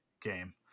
game